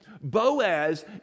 Boaz